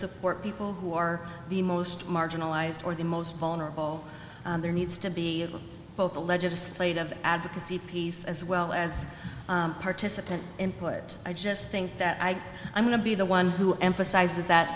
support people who are the most marginalized or the most vulnerable there needs to be both a legislative advocacy piece as well as participant input i just think that i am going to be the one who emphasizes that